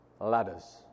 Ladders